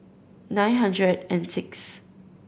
nine hundred and sixth